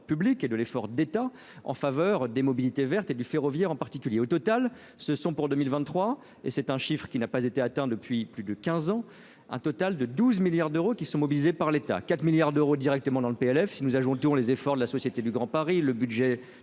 public et de l'effort d'État en faveur des mobilités vertes et du ferroviaire en particulier, au total, ce sont pour 2023 et c'est un chiffre qui n'a pas été atteint depuis plus de 15 ans, un total de 12 milliards d'euros qui sont mobilisés par l'État 4 milliards d'euros directement dans le PLF il nous avons tour les efforts de la Société du Grand Paris, le budget de